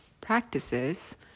practices